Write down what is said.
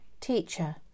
Teacher